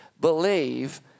believe